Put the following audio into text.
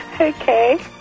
Okay